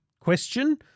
question